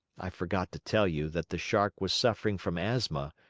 i forgot to tell you that the shark was suffering from asthma,